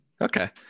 Okay